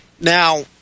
Now